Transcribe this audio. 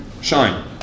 Shine